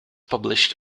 published